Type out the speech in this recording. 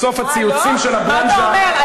בסוף, הציוצים של הברנז'ה, מה אתה אומר?